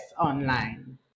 online